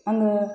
आङो